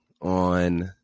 on